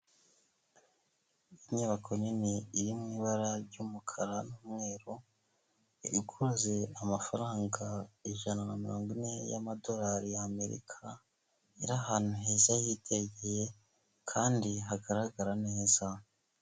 Icyumba kigaragara nkaho hari ahantu bigira ikoranabuhanga, hari abagabo babiri ndetse hari n'undi utari kugaragara neza, umwe yambaye ishati y'iroze undi yambaye ishati y'umutuku irimo utubara tw'umukara, imbere yabo hari amaterefoni menshi bigaragara ko bari kwihugura.